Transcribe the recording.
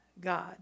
God